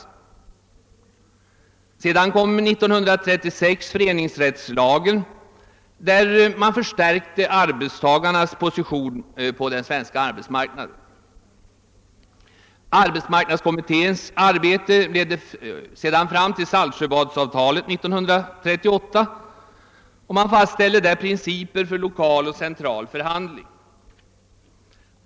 Införandet av föreningsrättslagen år 1936 medförde en förstärkning av arbetstagarnas positior på den svenska arbetsmarknaden. Arbetsmarknadskommitténs arbete ledde sedan fram till Saltsjöbadsavtalet 1938. Där fastställdes principer för lokal och central förhandling.